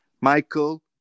Michael